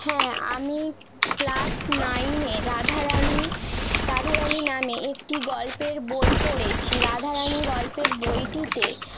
হ্যাঁ আমি ক্লাস নাইনে রাধারানি রাধারানি নামে একটি গল্পের বই পড়েছি রাধারানি গল্পের বইটিতে